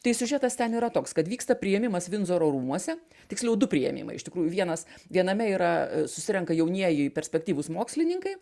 tai siužetas ten yra toks kad vyksta priėmimas vindzoro rūmuose tiksliau du priėmimai iš tikrųjų vienas viename yra susirenka jaunieji perspektyvūs mokslininkai